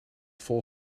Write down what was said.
vol